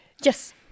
Yes